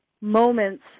moments